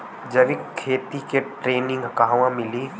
जैविक खेती के ट्रेनिग कहवा मिली?